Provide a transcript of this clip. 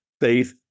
faith